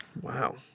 Wow